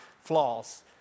flaws